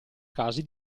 casi